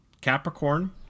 capricorn